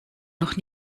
noch